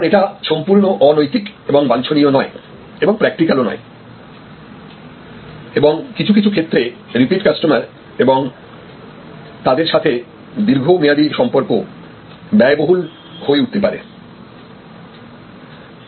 কারণ এটা সম্পূর্ণ অনৈতিক এবং বাঞ্ছনীয় নয় এবং প্রাক্টিক্যাল ও নয় এবং কিছু কিছু ক্ষেত্রে রিপিট কাস্টমার এবং তাদের সাথে দীর্ঘমেয়াদী সম্পর্ক ব্যয়বহুল হয়ে উঠতে পারে